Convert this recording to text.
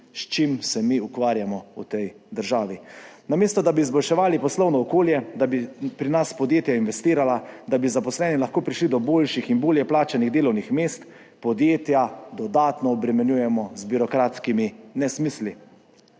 S čim se mi ukvarjamo v tej državi? Namesto, da bi izboljševali poslovno okolje, da bi pri nas podjetja investirala, da bi zaposleni lahko prišli do boljših in bolje plačanih delovnih mest, podjetja dodatno obremenjujemo z birokratskimi nesmisli.